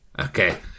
okay